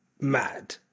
mad